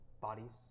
bodies